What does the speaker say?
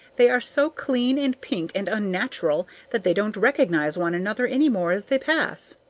they are so clean and pink and unnatural that they don't recognize one another any more as they pass.